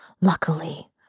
Luckily